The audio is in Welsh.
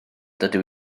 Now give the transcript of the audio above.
dydw